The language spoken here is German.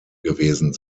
gewesen